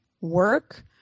work